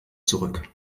zurück